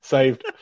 Saved